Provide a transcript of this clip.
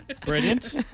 Brilliant